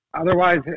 otherwise